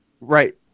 Right